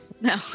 No